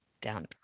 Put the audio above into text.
down